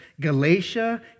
Galatia